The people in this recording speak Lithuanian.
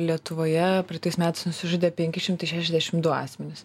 lietuvoje praeitais metais nusižudė penki šimtai šešiasdešim du asmenys